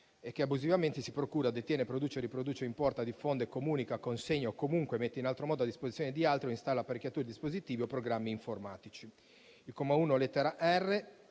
abusivamente si procura, detiene, produce, riproduce, importa, diffonde, comunica, consegna o, comunque, mette in altro modo a disposizione di altri o installa apparecchiature, dispositivi o programmi informatici è punito con la